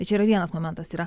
tai čia yra vienas momentas yra